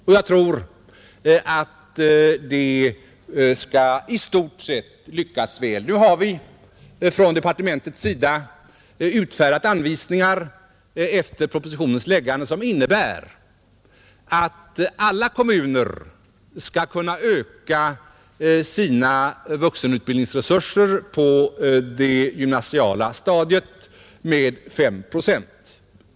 Och jag tror att det i stort sett skall lyckas väl. Departementet har efter propositionens framläggande utfärdat anvisningar som innebär att alla kommuner skall kunna öka sina vuxenutbildningsresurser med 5 procent på det gymnasiala stadiet.